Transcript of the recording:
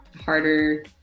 harder